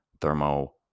thermo